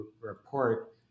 report